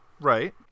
Right